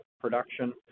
production